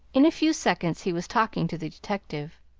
in a few seconds he was talking to the detective.